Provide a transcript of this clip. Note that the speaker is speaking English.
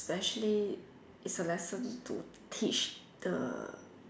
especially it's a lesson to teach the